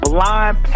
Blind